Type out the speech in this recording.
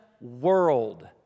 world